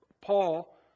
Paul